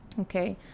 Okay